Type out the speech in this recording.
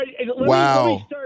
Wow